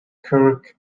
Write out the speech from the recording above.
kirk